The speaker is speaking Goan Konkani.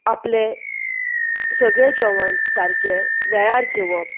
आपलें सगळें जेवण सारकें वेळार घेवप